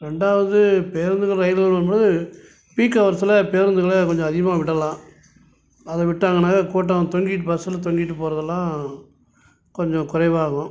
ரெண்டாவது பேருந்துகள் ரயில்களும்போது பீக் ஹவர்ஸ் பேருந்துகளை கொஞ்சம் அதிகமாக விடலாம் அதை விட்டாங்கன்னா கூட்டம் தொங்கிட்டு பஸ்ஸில் தொங்கிட்டு போகிறதெல்லாம் கொஞ்சம் குறைவாகும்